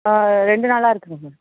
ரெண்டு நாளாக இருக்குது மேம்